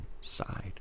side